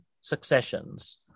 successions